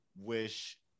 wish